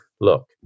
look